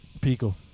Pico